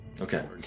Okay